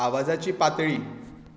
आवाजाची पातळी